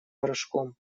порошком